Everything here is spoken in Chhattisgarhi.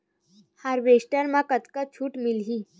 हारवेस्टर म कतका छूट मिलही?